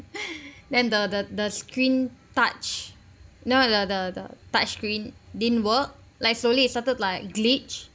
then the the the screen touch know the the the touch screen didn't work like slowly it started like glitch